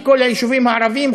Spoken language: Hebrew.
לכל היישובים הערביים,